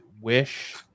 Wish